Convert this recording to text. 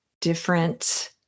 different